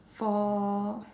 for